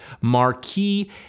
marquee